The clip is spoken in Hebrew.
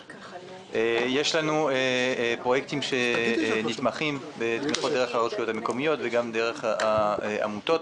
יש לנו פרויקטים שנתמכים בתמיכות דרך הרשויות המקומיות וגם דרך העמותות,